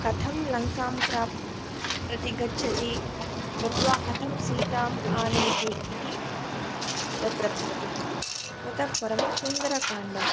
कथं लङ्कां प्राप् प्रति गच्छति गत्वा कथं सीताम् आनयति इति तत्र भवति ततः परं सुन्दरकाण्डम्